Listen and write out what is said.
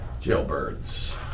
Jailbirds